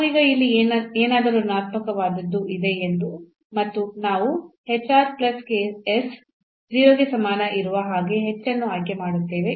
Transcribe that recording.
ನಾವು ಈಗ ಇಲ್ಲಿ ಏನಾದರೂ ಋಣಾತ್ಮಕವಾದದ್ದು ಇದೆ ಮತ್ತು ನಾವು 0 ಗೆ ಸಮಾನ ಇರುವ ಹಾಗೆ h ಅನ್ನು ಆಯ್ಕೆ ಮಾಡುತ್ತೇವೆ